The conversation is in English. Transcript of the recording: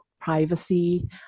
privacy